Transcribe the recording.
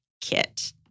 Kit